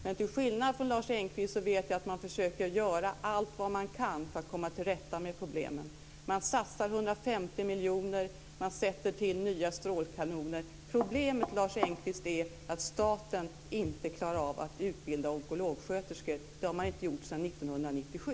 Men till skillnad från Lars Engqvist vet jag att man gör allt vad man kan för att komma till rätta med problemen. Man satsar 150 miljoner. Man sätter till nya strålkanoner. Problemet, Lars Engqvist, är att staten inte klarar av att utbilda onkologsköterskor. Det har man inte gjort sedan 1997.